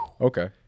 okay